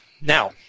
Now